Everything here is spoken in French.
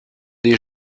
des